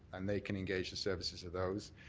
and they can engage the services of those.